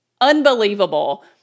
unbelievable